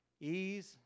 ease